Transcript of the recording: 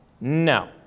No